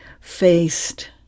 faced